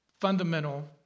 fundamental